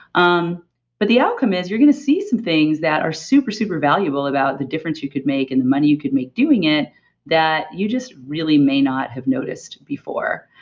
um but the outcome is you're going to see some things that are super super valuable about the difference you could make and the money you could make doing it that you just really may not have noticed before.